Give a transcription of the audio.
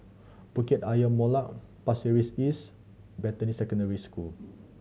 Bukit Ayer Molek Pasir Ris East Beatty Secondary School